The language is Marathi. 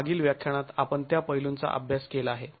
मागील व्याख्यानात आपण त्या पैलूंचा अभ्यास केला आहे